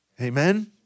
Amen